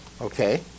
Okay